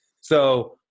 So-